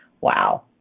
Wow